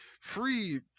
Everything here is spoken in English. free